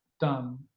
done